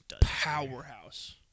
Powerhouse